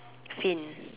fin